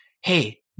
hey